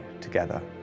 together